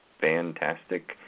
fantastic